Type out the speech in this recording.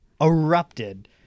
erupted